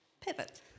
Pivot